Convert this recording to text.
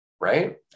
right